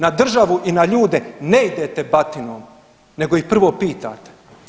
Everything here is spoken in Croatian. Na državu i na ljude ne idete batinom nego ih prvo pitate.